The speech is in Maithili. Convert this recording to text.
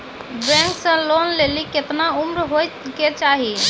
बैंक से लोन लेली केतना उम्र होय केचाही?